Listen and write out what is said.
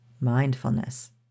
mindfulness